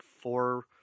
four